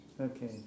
Okay